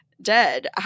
dead